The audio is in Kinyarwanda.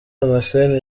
damascène